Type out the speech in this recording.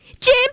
Jim